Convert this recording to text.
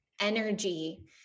energy